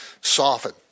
soften